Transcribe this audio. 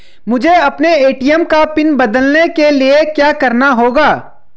मुझे अपने ए.टी.एम का पिन बदलने के लिए क्या करना होगा?